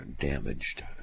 damaged